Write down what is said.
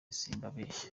simbabeshya